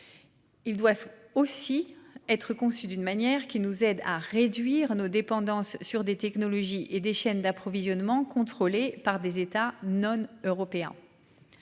Il doit aussi être conçu d'une manière qui nous aident à réduire nos dépendances sur des technologies et des chaînes d'approvisionnement contrôlés par des États non-européens.--